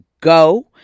go